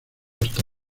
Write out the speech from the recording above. hasta